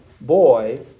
boy